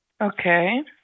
Okay